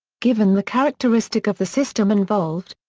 given the characteristic of the system involved,